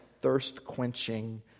thirst-quenching